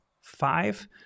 five